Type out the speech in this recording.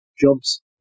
jobs